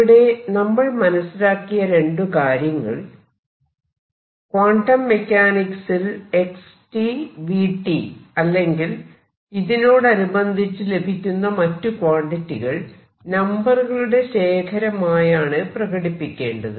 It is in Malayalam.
ഇവിടെ നമ്മൾ മനസിലാക്കിയ രണ്ടു കാര്യങ്ങൾ ക്വാണ്ടം മെക്കാനിക്സിൽ x v അല്ലെങ്കിൽ ഇതിനോടനുബന്ധിച്ച് ലഭിക്കുന്ന മറ്റു ക്വാണ്ടിറ്റികൾ നമ്പറുകളുടെ ശേഖരമായാണ് പ്രകടിപ്പിക്കേണ്ടത്